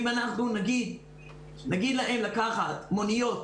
אם נגיד להם לקחת מוניות,